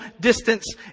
distance